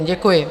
Děkuji.